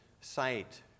sight